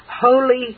holy